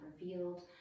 revealed